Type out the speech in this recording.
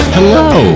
Hello